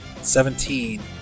Seventeen